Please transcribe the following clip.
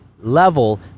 level